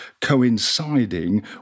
coinciding